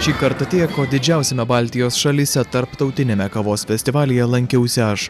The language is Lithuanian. šį kartą tiek o didžiausiame baltijos šalyse tarptautiniame kavos festivalyje lankiausi aš